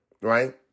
right